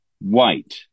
white